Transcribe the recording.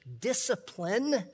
discipline